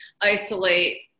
isolate